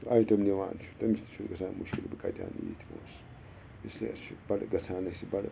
item نِوان چھُ تٔمِس تہِ چھُس گژھان مشکل بہٕ کَتہِ اَنہٕ یِیٖتۍ پونٛسہٕ اِس لیے حظ چھِ بَڑٕ گژھان اسہِ بَڑٕ